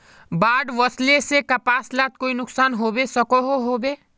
बाढ़ वस्ले से कपास लात कोई नुकसान होबे सकोहो होबे?